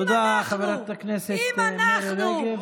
אם אנחנו, תודה, חברת הכנסת מירי רגב.